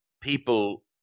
people